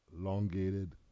elongated